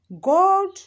God